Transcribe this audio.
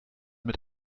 mit